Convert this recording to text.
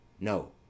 No